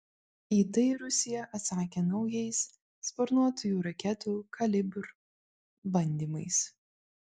į tai rusija atsakė naujais sparnuotųjų raketų kalibr bandymais